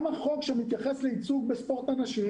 גם החוק שמתייחס לייצוג בספורט הנשים